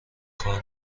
کار